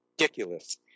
ridiculous